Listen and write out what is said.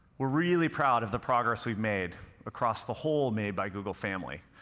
we're really proud of the progress we've made across the whole made by google family,